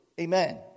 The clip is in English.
amen